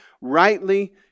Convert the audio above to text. rightly